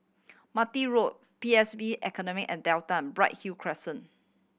Martin Road P S B Academy at Delta Bright Hill Crescent